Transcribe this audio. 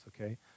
okay